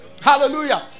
Hallelujah